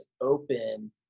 open